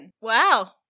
Wow